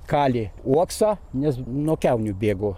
kalė uoksa nes nuo kiaunių bėgo